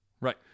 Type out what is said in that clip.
Right